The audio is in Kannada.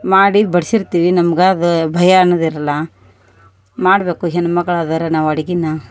ಮಾಡಿ ಬಡಿಸಿರ್ತೀವಿ ನಮಗ ಅದು ಭಯ ಅನ್ನೋದು ಇರಲ್ಲ ಮಾಡಬೇಕು ಹೆಣ್ಮಕ್ಳು ಆದರ ನಾವು ಅಡಿಗೀನ